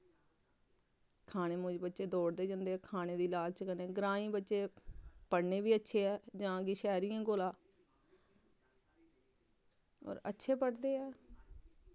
खाने मुजब बच्चे दौड़दे जंदे ऐ खाने दी लालच कन्नै ग्राईं बच्चे पढ़ने बी अच्छे ऐ जां कि शैह्रियें कोला होर अच्छे पढ़दे ऐ